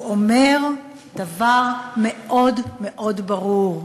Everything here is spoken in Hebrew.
הוא אומר דבר מאוד מאוד ברור: